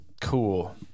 cool